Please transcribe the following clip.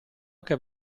anche